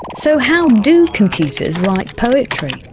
so, how do computers write like poetry?